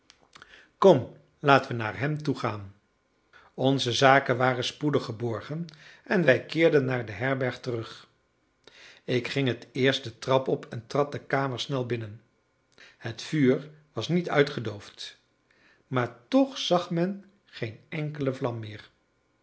kom laten we naar hem toegaan onze zaken waren spoedig geborgen en wij keerden naar de herberg terug ik ging het eerst de trap op en trad de kamer snel binnen het vuur was niet uitgedoofd maar toch zag men geen enkele vlam meer